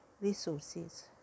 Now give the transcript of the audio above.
resources